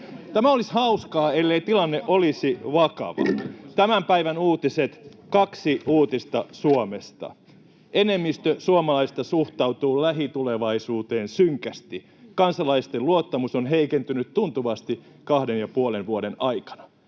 Tämä olisi hauskaa, ellei tilanne olisi vakava. Tämän päivän uutiset, kaksi uutista Suomesta: Enemmistö suomalaisista suhtautuu lähitulevaisuuteen synkästi. Kansalaisten luottamus on heikentynyt tuntuvasti kahden ja puolen vuoden aikana.